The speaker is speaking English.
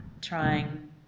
trying